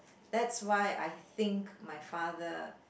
that's why I think my father